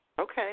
Okay